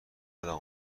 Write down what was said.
یادم